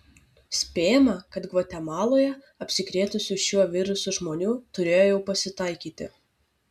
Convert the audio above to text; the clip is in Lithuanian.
spėjama kad gvatemaloje apsikrėtusių šiuo virusu žmonių turėjo jau pasitaikyti